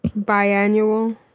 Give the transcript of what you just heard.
biannual